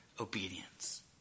obedience